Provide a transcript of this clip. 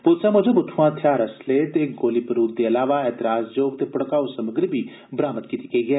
पुलसै मूजब उत्थुआं थेआर असले ते गोली बरूद दे इलावा एतराज जोग ते भड़काऊ सामग्री बी बरामद कीती गेई ऐ